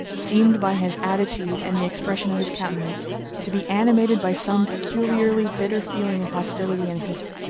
seemed by his attitude and the expression of his countenance to be animated by some peculiarly bitter feeling of hostility and hate.